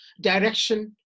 direction